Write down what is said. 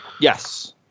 Yes